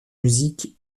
musique